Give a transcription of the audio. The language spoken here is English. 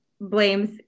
blames